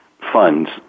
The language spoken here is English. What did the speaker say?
Funds